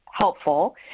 helpful